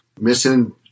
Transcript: Missing